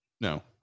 No